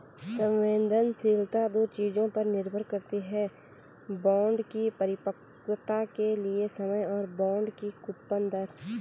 संवेदनशीलता दो चीजों पर निर्भर करती है बॉन्ड की परिपक्वता के लिए समय और बॉन्ड की कूपन दर